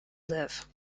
live